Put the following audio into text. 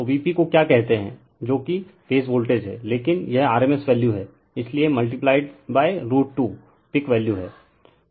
तो Vp को क्या कहते है जो कि फेज वोल्टेज है लेकिन यह rms वैल्यू है इसलिए मल्टीप्लाइड√2 पीक वैल्यू है